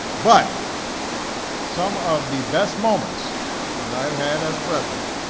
but some of the best moments that i've had as president